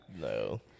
No